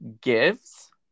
gives